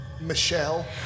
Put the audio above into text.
Michelle